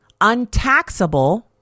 untaxable